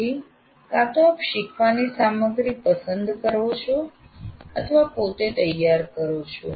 તેથી કાં તો આપ શીખવાની સામગ્રી પસંદ કરો છો અથવા પોતે તૈયાર કરો છો